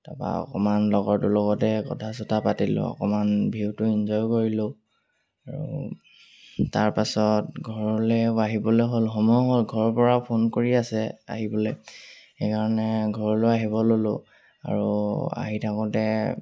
তাৰপৰা অকণমান লগৰটোৰ লগতে কথা চথা পাতিলোঁ অকণমান ভিউটো ইনজয় কৰিলোঁ আৰু তাৰপাছত ঘৰলৈয়ো আহিবলৈ হ'ল সময়ো হ'ল ঘৰৰপৰাও ফোন কৰি আছে আহিবলৈ সেইকাৰণে ঘৰলৈ আহিব ল'লোঁ আৰু আহি থাকোঁতে